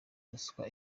ruswa